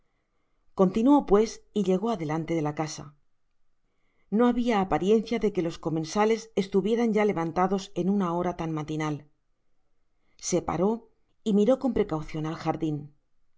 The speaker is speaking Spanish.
continuó pues y llegó delante de la casa no habia apariencia de que los comensales estuvieran ya levantados en una hora tan matinal se paró y miró con precaucion al jardin un